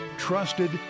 trusted